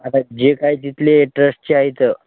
आता जे काय तिथले ट्रस्टचे आहे तर